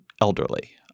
elderly